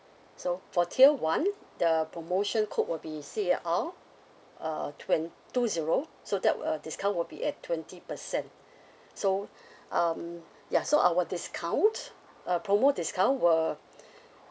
so for tier one the promotion code will be C A R uh twen~ two zero so that uh discount will be at twenty percent so um ya so our discount uh promo discount were